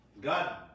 God